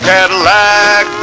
Cadillac